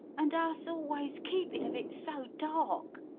and us always keepin' of it so dark.